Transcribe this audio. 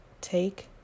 Take